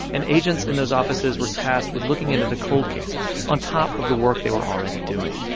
and agents in those offices were tasked with looking into the cold cases on top of the work they were already doing.